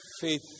faith